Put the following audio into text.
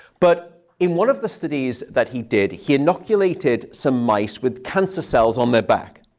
but in one of the studies that he did, he inoculated some mice with cancer cells on their back.